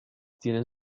tienen